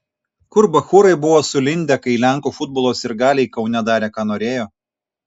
kur bachūrai buvo sulindę kai lenkų futbolo sirgaliai kaune darė ką norėjo